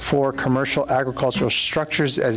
for commercial agricultural structures as